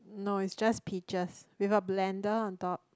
no is just picture we got blender on top